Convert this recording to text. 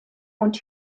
und